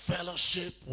Fellowship